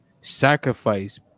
Sacrifice